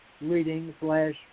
reading-slash-